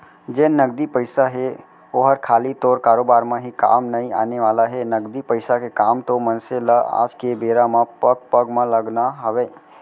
जेन नगदी पइसा हे ओहर खाली तोर कारोबार म ही काम नइ आने वाला हे, नगदी पइसा के काम तो मनसे ल आज के बेरा म पग पग म लगना हवय